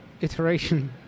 iteration